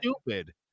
stupid